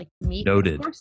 Noted